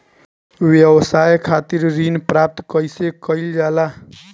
व्यवसाय खातिर ऋण प्राप्त कइसे कइल जाला?